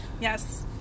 Yes